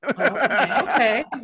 Okay